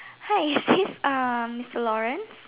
hi is this uh mister Lawrence